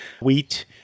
wheat